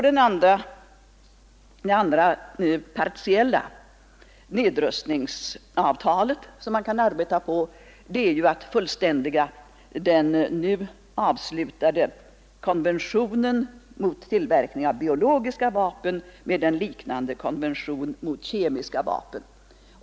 Det andra partiella nedrustningsavtalet som man kan arbeta på är att fullständiga den nu avslutade konventionen mot tillverkning av biologiska vapen med en liknande konvention mot kemiska vapen.